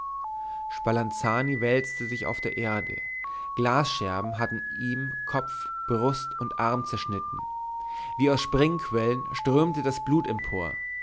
spalanzani wälzte sich auf der erde glasscherben hatten ihm kopf brust und arm zerschnitten wie aus springquellen strömte das blut empor